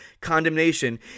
condemnation